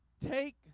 take